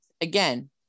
again